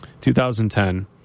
2010